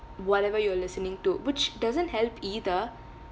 whatever you were listening to which doesn't help either